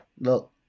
Look